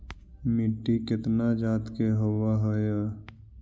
मिट्टी कितना जात के होब हय?